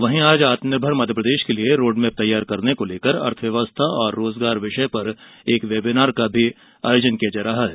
वहीं आज आत्मनिर्भर मध्यप्रदेश के लिए रोडमेप तैयार करने के लिए अर्थव्यवस्था व रोजगार विषय वेबिनार आयोजित किया जा रहा है